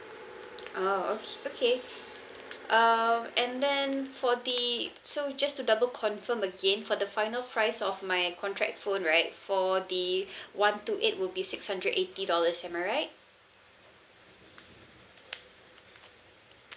oh okay okay um and then for the so just to double confirm again for the final price of my contract phone right for the one two eight will be six hundred eighty dollars am I right